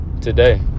today